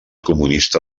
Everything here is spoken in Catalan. comunista